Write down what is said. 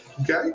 Okay